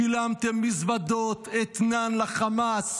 שילמתם מזוודות, אתנן לחמאס,